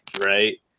right